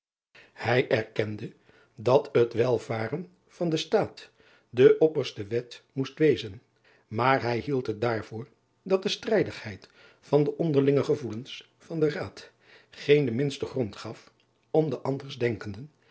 ij erkende dat het welvaren van den taat de opperste wet moest wezen maar hij hield het daarvoor dat de strijdigheid van de onderlinge gevoelens van den aad geen den minsten grond gaf om de anders denkenden